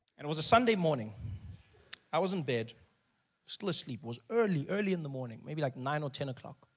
and it was a sunday morning i was in bed still asleep, it was early early in the morning maybe like nine or ten o'clock.